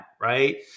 right